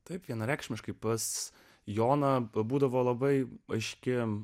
taip vienareikšmiškai pas joną pabūdavo labai aiški